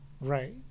Right